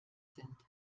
sind